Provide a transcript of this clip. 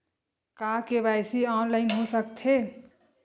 का KYC online हो सकथे?